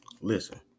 Listen